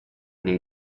dei